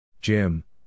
Jim